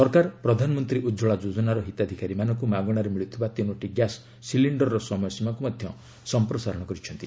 ସରକାର ପ୍ରଧାନମନ୍ତ୍ରୀ ଉଜ୍ଜଳା ଯୋଜନାର ହିତାଧିକାରୀମାନଙ୍କୁ ମାଗଣାରେ ମିଳୁଥିବା ତିନୋଟି ଗ୍ୟାସ୍ ସିଲିଣ୍ଡର୍ର ସମୟସୀମାକୁ ମଧ୍ୟ ସମ୍ପ୍ରସାରଣ କରିଛନ୍ତି